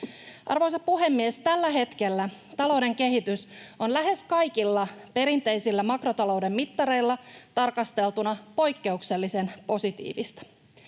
Arvoisa puhemies! Tällä hetkellä talouden kehitys on lähes kaikilla perinteisillä makrotalouden mittareilla tarkasteltuna poikkeuksellisen positiivista.